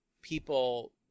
people